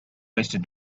wasted